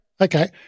Okay